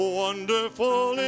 wonderful